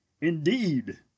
indeed